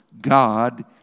God